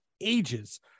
ages